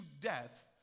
death